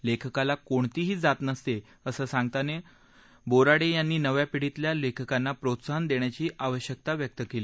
लेखकाला कोणतीही जात नसते असं सांगताना बोराडे यांनी नव्या पीढीतल्या लेखकांना प्रोत्साहन देण्याची आवश्यकता व्यक्त केली